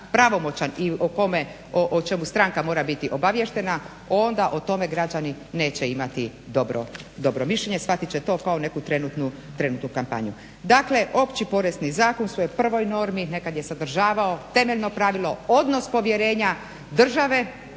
pravomoćan i o kome, o čemu stanka mora biti obaviještena, onda o tome građani neće imati dobro mišljenje shvatit će to kao neku trenutnu kampanju. Dakle, Opći porezni zakon u svojoj prvoj normi, nekad je sadržavao temeljno pravilo odnos povjerenja države